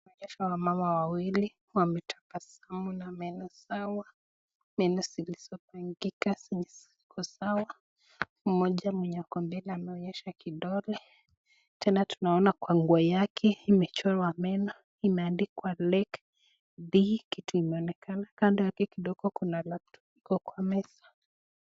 Wameonyesha wamama wawili wametoka somo la meno sawa menozilizo pangika ziko sawa, mmoja mwenye ako mbele anaonyesha kidole tena tunaona kwa nguo yake imechorwa meno imeandikwa Lake D kitu inaonekana kandokuna laptop iko kwa meza.